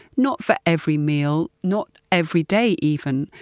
not for every meal. not every day even.